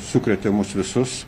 sukrėtė mus visus